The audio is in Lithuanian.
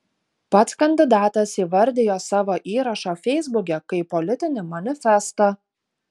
pats kandidatas įvardijo savo įrašą feisbuke kaip politinį manifestą